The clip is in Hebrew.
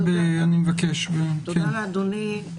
תודה לאדוני.